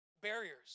barriers